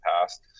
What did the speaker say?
past